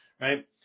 Right